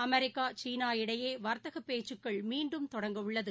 America சீனா இடையேவர்த்தகபேச்சுக்கள் மீண்டும் தொடங்க உள்ளது